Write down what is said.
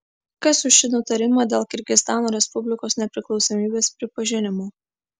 kas už šį nutarimą dėl kirgizstano respublikos nepriklausomybės pripažinimo